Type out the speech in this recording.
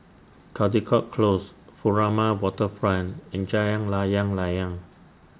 Caldecott Close Furama Riverfront and Jalan Layang Layang